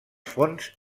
fonts